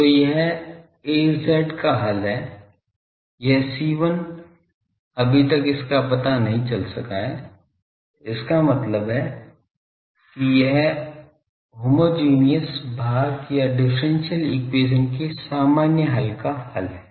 तो यह Az का हल है यह C1 अभी तक इसका पता नहीं चल सका है इसका मतलब है कि यह होमोजेनियस भाग या डिफरेंशियल एक्वेशन के सामान्य हल का हल है